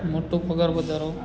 મોટો પગાર વધારો